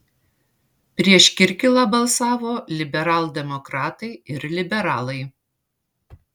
prieš kirkilą balsavo liberaldemokratai ir liberalai